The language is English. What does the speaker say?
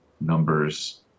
numbers